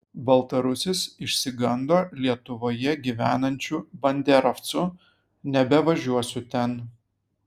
baltarusis išsigando lietuvoje gyvenančių banderovcų nebevažiuosiu ten